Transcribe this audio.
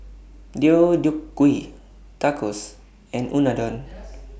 Deodeok Gui Tacos and Unadon